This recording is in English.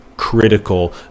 critical